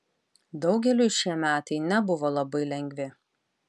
daugeliui šie metai nebuvo labai lengvi